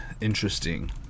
interesting